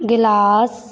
glass